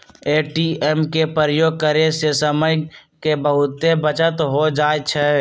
ATM के प्रयोग करे से समय के बहुते बचत हो जाइ छइ